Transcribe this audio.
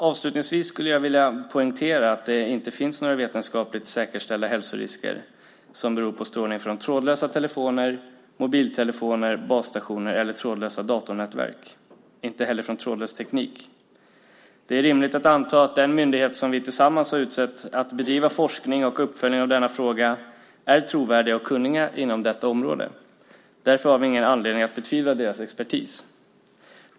Avslutningsvis skulle jag vilja poängtera att det inte finns några vetenskapligt säkerställda hälsorisker som beror på strålning från trådlösa telefoner, mobiltelefoner, basstationer eller trådlösa datornätverk och inte heller från trådlös teknik. Det är rimligt att anta att den myndighet som vi tillsammans har utsett för att bedriva forskning och uppföljning av denna fråga är trovärdig och kunnig på området. Därför har vi ingen anledning att betvivla dess expertis.